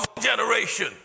generation